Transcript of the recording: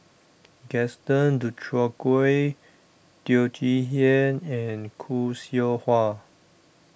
Gaston Dutronquoy Teo Chee Hean and Khoo Seow Hwa